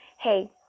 Hey